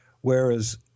Whereas